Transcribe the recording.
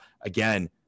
again